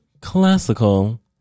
classical